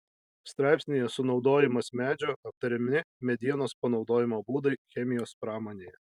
straipsnyje sunaudojimas medžio aptariami medienos panaudojimo būdai chemijos pramonėje